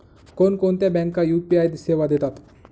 कोणकोणत्या बँका यू.पी.आय सेवा देतात?